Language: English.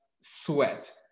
sweat